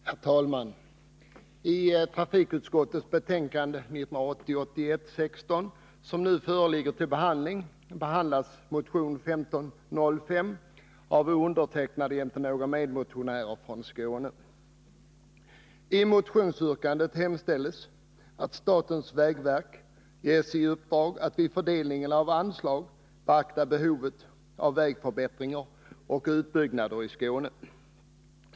Herr talman! I trafikutskottets betänkande 1980/81:16 behandlas bl.a. motion 1505 av mig och några medmotionärer från Skåne. I yrkandet hemställs att statens vägverk ges i uppdrag att vid fördelning av anslag beakta behovet av vägförbättringar och utbyggnader i Skåne.